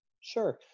Sure